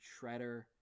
Shredder